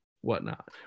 whatnot